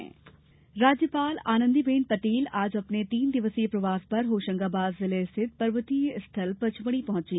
राज्यपाल पचमढ़ी राज्यपाल आनंदी बेन पटेल आज अपने तीन दिवसीय प्रवास पर होशंगाबाद जिले स्थित पर्वतीय स्थल पचमढ़ी पहुंची